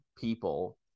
people